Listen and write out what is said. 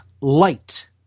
light